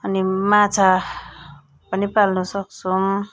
अनि माछा पनि पाल्न सक्छौँ